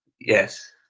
Yes